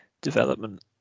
development